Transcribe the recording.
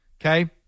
okay